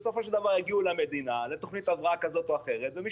בסופו של דבר יגיעו למדינה לתוכנית הבראה כזאת או אחרת ומי